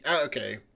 okay